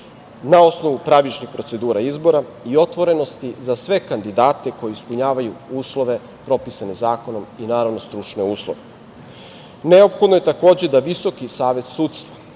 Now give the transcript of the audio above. na osnovu pravičnih procedura izbora i otvorenosti za sve kandidate koji ispunjavaju uslove propisane zakonom i, naravno, stručne uslove. Neophodno je, takođe, da VSS i Državno veće